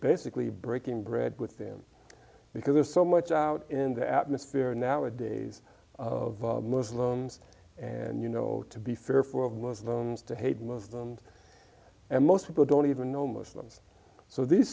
basically breaking bread with them because there's so much out in the atmosphere nowadays of muslims and you know to be fearful of muslims to hate most of them and most people don't even know muslims so these